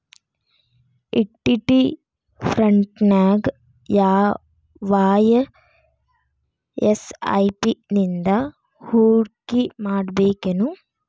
Equity ಫ್ರಂಟ್ನ್ಯಾಗ ವಾಯ SIP ನಿಂದಾ ಹೂಡ್ಕಿಮಾಡ್ಬೆಕೇನು?